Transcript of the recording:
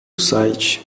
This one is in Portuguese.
site